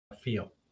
feel